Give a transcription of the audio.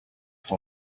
for